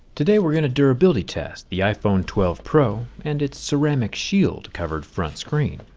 today we're going to durability test the iphone twelve pro and it's ceramic shield covered front screen.